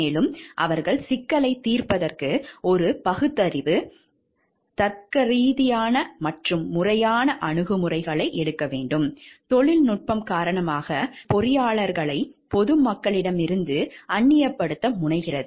மேலும் அவர்கள் சிக்கலைத் தீர்ப்பதற்கு ஒரு பகுத்தறிவு தர்க்கரீதியான மற்றும் முறையான அணுகுமுறைகளை எடுக்க வேண்டும் தொழில்நுட்பம் காரணமாக பொறியியலாளர்களை பொதுமக்களிடமிருந்து அந்நியப்படுத்த முனைகிறது